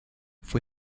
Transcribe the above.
fue